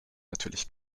natürlich